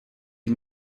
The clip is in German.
die